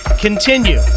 continue